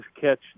catch